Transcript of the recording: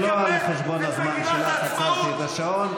יש לראש ממשלת ישראל בנימין נתניהו נגד מגילת העצמאות,